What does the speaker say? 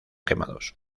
quemados